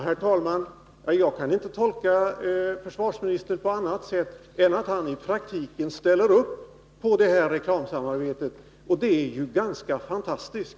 Herr talman! Jag kan inte tolka försvarsministerns anförande på annat sätt än att han i praktiken ställer upp på detta reklamsamarbete. Det är ju ganska fantastiskt.